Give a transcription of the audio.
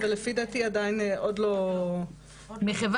ולפי דעתי עוד לא מתחילים ליישם את זה בשטח.